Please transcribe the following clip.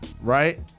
right